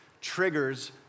triggers